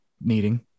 needing